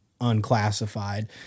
unclassified